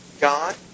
God